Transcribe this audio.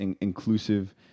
inclusive